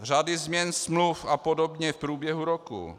Řady změn smluv a podobně v průběhu roku.